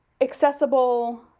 accessible